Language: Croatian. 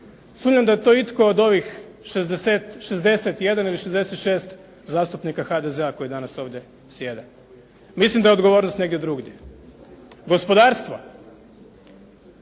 Sumnjam da je to itko od ovih 61 ili 66 zastupnika HDZ-a koji danas ovdje sjede, mislim da je odgovornost negdje drugdje. Gospodarstvo,